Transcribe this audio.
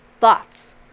thoughts